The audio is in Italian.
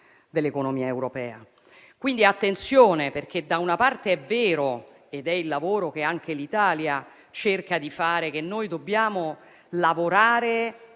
dell'economia europea. Attenzione quindi, perché da una parte è vero - ed è il lavoro che anche l'Italia cerca di fare - che dobbiamo lavorare